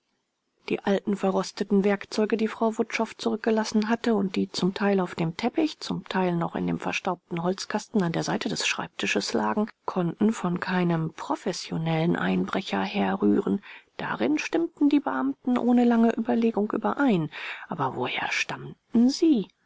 die alten verrosteten werkzeuge die frau wutschow zurückgelassen hatte und die zum teil auf dem teppich zum teil noch in dem verstaubten holzkasten an der seite des schreibtisches lagen konnten von keinem professionellen einbrecher herrühren darin stimmten die beamten ohne lange überlegung überein aber woher stammten sie